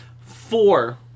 four